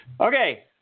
Okay